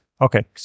Okay